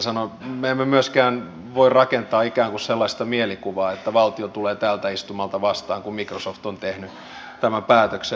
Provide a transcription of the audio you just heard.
me emme myöskään voi rakentaa ikään kuin sellaista mielikuvaa että valtio tulee tältä istumalta vastaan kun microsoft on tehnyt tämän päätöksen